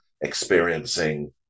experiencing